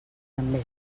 també